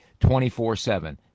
24-7